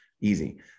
easy